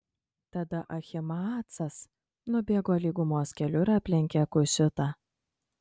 tada ahimaacas nubėgo lygumos keliu ir aplenkė kušitą